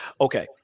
okay